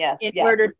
yes